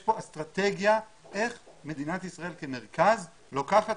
פה אסטרטגיה איך מדינת ישראל כמרכז לוקחת